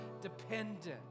dependent